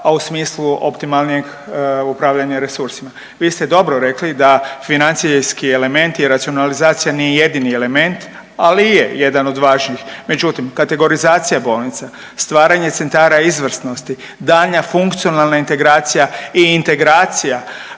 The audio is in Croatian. a u smislu optimalnijeg upravljanja resursima. Vi ste dobro rekli da financijski elementi i racionalizacija nije jedini element, ali i je jedan od važnijih. Međutim, kategorizacija bolnica, stvaranje centara izvrsnosti, daljnja funkcionalna integracija i integracija